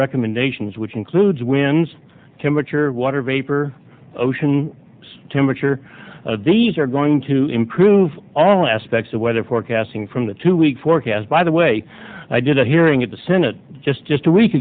recommendations which includes winds temperature water vapor ocean temperature these are going to improve all aspects of weather forecasting from the two week forecasts by the way i did a hearing at the senate just just a week